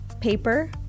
paper